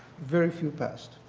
very few past.